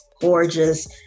gorgeous